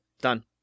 done